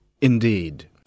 Indeed